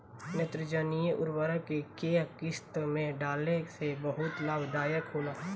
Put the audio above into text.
नेत्रजनीय उर्वरक के केय किस्त में डाले से बहुत लाभदायक होला?